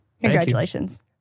Congratulations